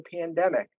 pandemic